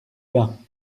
bains